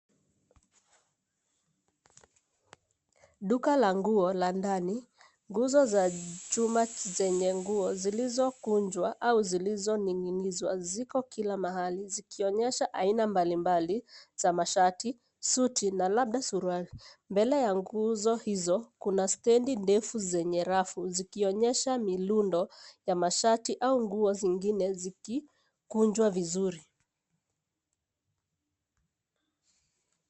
Duka la nguo la ndani guzo za chuma zenye nguo zilizokujwa au zilizo ning'inizwa ziko kila mahali zikionyesha haina mbalimbali, za mashati, suti na labda suruali. Mbele ya guzo hizo kuna stedi ndefu zenye rafu zikionyesha milundo ya mashati au nguo zingine zikikujwa vizuri.